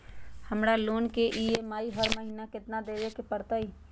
हमरा लोन के ई.एम.आई हर महिना केतना देबे के परतई?